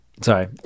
Sorry